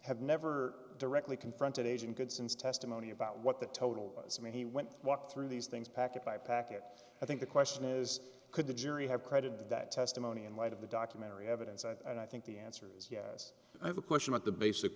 have never directly confronted asian goodson's testimony about what the total is i mean he went walked through these things packet by packet i think the question is could the jury have credited that testimony in light of the documentary evidence and i think the answer is yes i have a question about the basic